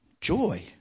Joy